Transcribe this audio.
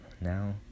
now